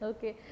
Okay